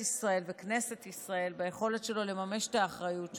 ישראל וכנסת ישראל ליכולת שלו לממש את האחריות שלו,